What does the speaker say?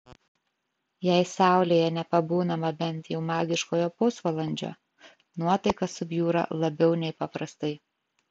jei saulėje nepabūnama bent jau magiškojo pusvalandžio nuotaika subjūra labiau nei paprastai